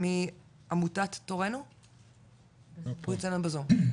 מעמותת תורינו, בבקשה.